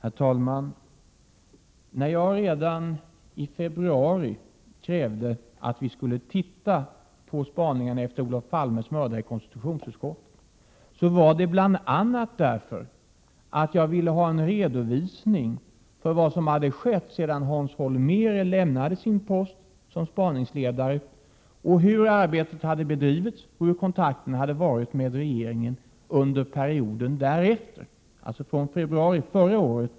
Herr talman! När jag redan i februari krävde att vi i konstitutionsutskottet skulle granska spaningarna efter Olof Palmes mördare var det bl.a. därför att jag ville ha en redovisning av vad som hade skett sedan Hans Holmér lämnat sin post som spaningsledare, hur arbetet hade bedrivits och hur kontakterna med regeringen hade varit under perioden därefter, alltså sedan februari förra året.